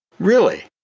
really,